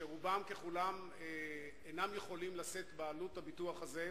שרובם ככולם אינם יכולים לשאת בעלות הביטוח הזה,